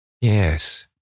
Yes